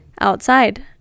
outside